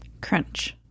Crunch